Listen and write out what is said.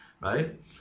right